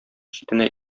читенә